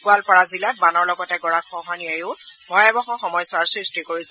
গোৱালপাৰা জিলাত বানৰ লগতে গৰাখহনীয়াইও ভয়াৱহ সমস্যাৰ সৃষ্টি কৰিছে